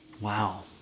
Wow